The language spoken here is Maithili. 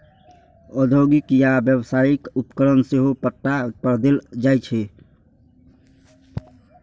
औद्योगिक या व्यावसायिक उपकरण सेहो पट्टा पर देल जाइ छै